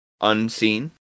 unseen